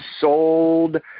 sold